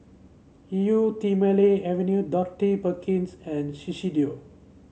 Eau Thermale Avene Dorothy Perkins and Shiseido